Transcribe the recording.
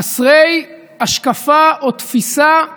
חסרי השקפה או תפיסה?